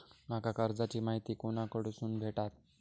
माका कर्जाची माहिती कोणाकडसून भेटात?